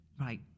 right